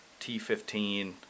T15